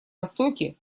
востоке